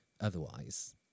otherwise